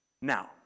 Now